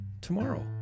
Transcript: tomorrow